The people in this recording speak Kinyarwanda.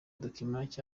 document